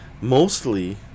Mostly